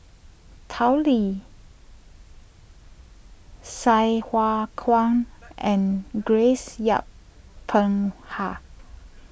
Tao Li Sai Hua Kuan and Grace Yin Peck Ha